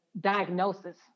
diagnosis